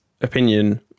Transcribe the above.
opinion